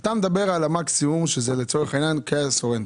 אתה מדבר על המקסימום שזה לצורך העניין קיה סורנטו,